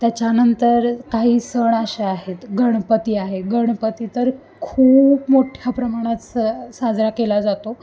त्याच्यानंतर काही सण असे आहेत गणपती आहे गणपती तर खूप मोठ्या प्रमाणात स साजरा केला जातो